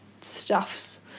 stuffs